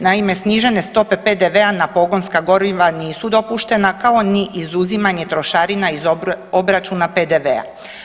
Naime, snižene stope PDV-a na pogonska goriva nisu dopuštena kao ni izuzimanje trošarina iz obračuna PDV-a.